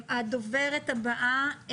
הדוברת הבאה,